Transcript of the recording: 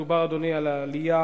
מדובר, אדוני, על העלייה